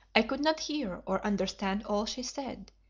i could not hear or understand all she said,